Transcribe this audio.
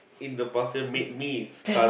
in the passer made me stun